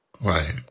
Right